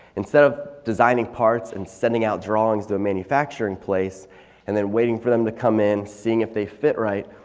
instead of designing parts and sending out drawing to a manufacturing place and then waiting for them to come in. seeing if they fit right,